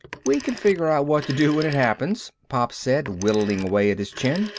we can figure out what to do when it happens, pop said, whittling away at his chin.